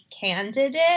candidate